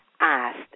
asked